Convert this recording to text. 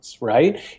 Right